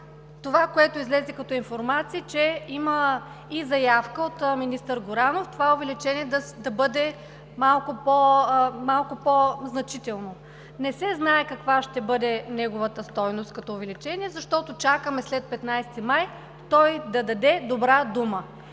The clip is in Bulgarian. това, което излезе като информация, е, че има и заявка от министър Горанов това увеличение да бъде малко по-значително. Не се знае каква ще бъде неговата стойност като увеличение, защото чакаме след 15 май той да даде добра дума.